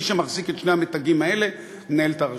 מי שמחזיק את שני המתגים האלה מנהל את הרשות.